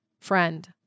friend